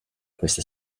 questa